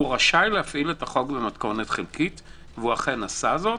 הוא רשאי לעשות זאת ואכן עשה זאת.